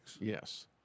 Yes